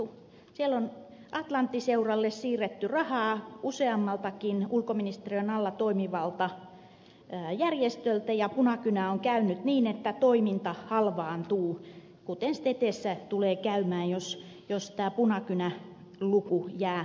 siellä on atlantti seuralle siirretty rahaa useammaltakin ulkoministeriön alla toimivalta järjestöltä ja punakynä on käynyt niin että toiminta halvaantuu kuten stetessä tulee käymään jos tämä punakynäluku jää jäljelle